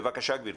בבקשה, גברתי.